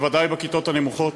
בוודאי בכיתות הנמוכות.